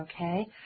okay